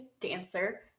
dancer